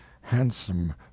handsome